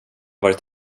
varit